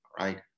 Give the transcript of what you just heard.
right